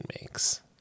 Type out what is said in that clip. makes